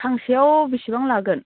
फांसेआव बिसिबां लागोन